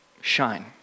shine